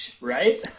Right